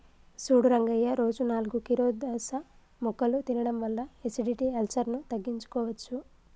సూడు రంగయ్య రోజు నాలుగు కీరదోస ముక్కలు తినడం వల్ల ఎసిడిటి, అల్సర్ను తగ్గించుకోవచ్చు